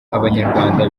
abanyarwanda